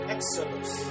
Exodus